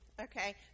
Okay